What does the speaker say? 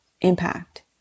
impact